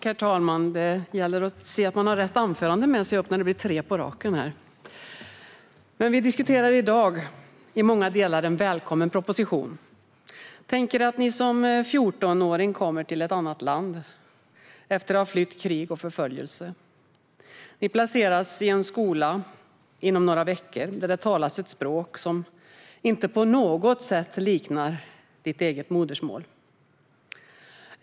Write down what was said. Herr talman! Det gäller att se till att man har rätt anförande med sig när det blir tre på raken! Vi diskuterar i dag en i många delar välkommen proposition. Tänk er att ni som 14-åring kommer till ett annat land efter att ha flytt krig och förföljelse. Ni placeras inom några veckor i en skola där det talas ett språk som inte på något sätt liknar ert eget modersmål.